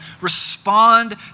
Respond